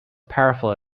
powerful